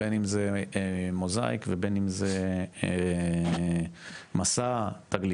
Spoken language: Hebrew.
בין אם זה מוזאיק ובין אם זה מסע תגלית,